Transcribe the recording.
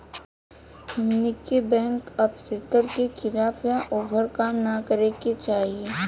हमनी के bank authority के खिलाफ या ओभर काम न करे के चाही